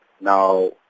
Now